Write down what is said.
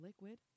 liquid